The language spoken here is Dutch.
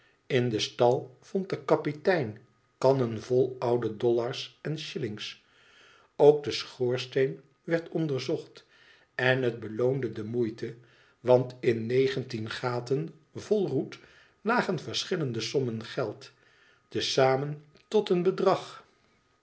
in den stal vond de kapitein kannen vol oude dollars en shillings ook de schoorsteen werd onderzocht en het beloonde de moeite wantin negentien gaten vol roet lagen verschillende sommen geld te zamen tot een bedrag